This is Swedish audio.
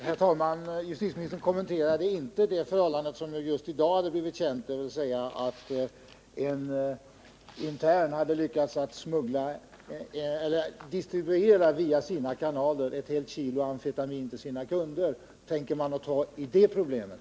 Herr talman! Justitieministern kommenterade inte det förhållande som just i dag hade blivit känt, dvs. att en intern hade lyckats att via sina kanaler distribuera ett helt kilo amfetamin till sina kunder. Hur tänker man ta tag i det problemet?